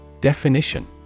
Definition